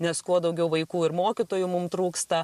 nes kuo daugiau vaikų ir mokytojų mum trūksta